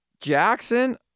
Jackson